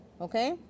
okay